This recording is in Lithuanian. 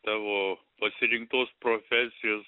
tavo pasirinktos profesijos